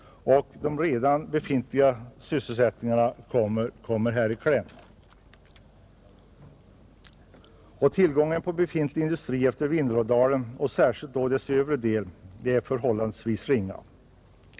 De redan befintliga sysselsättningarna kommer också i kläm. Tillgången på befintlig industri utefter Vindelådalen, särskilt dess övre del, är förhållandevis ringa.